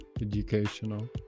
educational